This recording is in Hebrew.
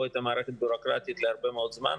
את המערכת הביורוקרטית להרבה מאוד זמן.